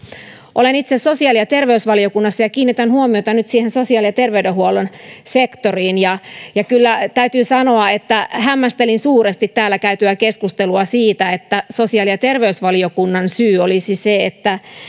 olen itse sosiaali ja terveysvaliokunnassa ja kiinnitän huomiota nyt sosiaali ja terveydenhuollon sektoriin ja ja kyllä täytyy sanoa että hämmästelin suuresti täällä käytyä keskustelua siitä että sosiaali ja terveysvaliokunnan syy olisi se että